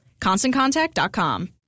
ConstantContact.com